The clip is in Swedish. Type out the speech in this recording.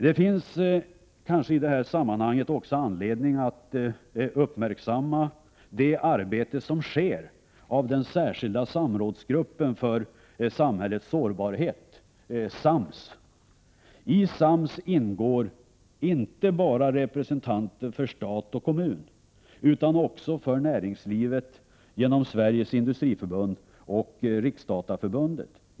Det finns i detta sammanhang anledning att uppmärksamma det arbete som sker i den särskilda samrådsgruppen för samhällets sårbarhet, SAMS. I SAMS ingår representanter inte bara för stat och kommun utan också för näringslivet genom Sveriges industriförbund och Riksdataförbundet.